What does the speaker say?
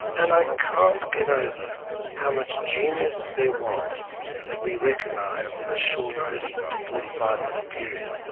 and i can't get over how much genius there was that we recognised in a short thirty to forty five minute period.